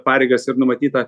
pareigas ir numatyta